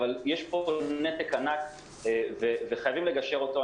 אבל יש פה נתק ענק וחייבים לגשר אותו.